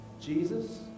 Jesus